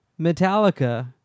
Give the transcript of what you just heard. Metallica